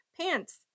pants